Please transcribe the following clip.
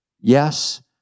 Yes